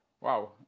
wow